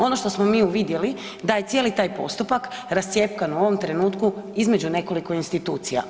Ono što smo mi uvidjeli da je cijeli taj postupak rascjepkan u ovom trenutku između nekoliko institucija.